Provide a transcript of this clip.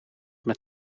met